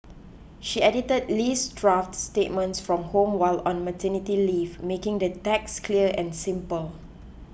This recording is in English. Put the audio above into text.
she edited Lee's draft statements from home while on maternity leave making the text clear and simple